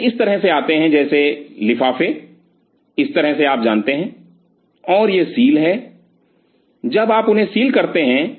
तो वे इस तरह से आते हैं जैसे लिफाफे इस तरह से आप जानते हैं और यह सील है जब आप उन्हें सील करते हैं